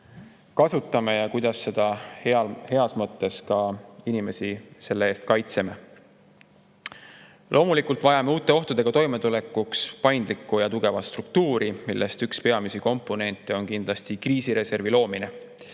kasutame ja kuidas ka inimesi selle eest heas mõttes kaitseme. Loomulikult vajame uute ohtudega toimetulekuks paindlikku ja tugevat struktuuri, mille üks peamisi komponente on kindlasti kriisireservi loomine.